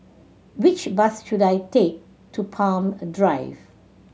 which bus should I take to Palm a Drive